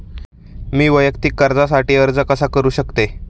मी वैयक्तिक कर्जासाठी अर्ज कसा करु शकते?